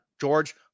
George